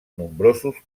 nombrosos